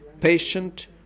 patient